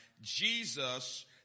Jesus